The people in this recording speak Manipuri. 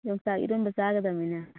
ꯌꯣꯡꯆꯥꯛ ꯏꯔꯣꯟꯕ ꯆꯥꯒꯗꯃꯤꯅꯦ